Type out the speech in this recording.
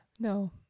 no